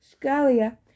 Scalia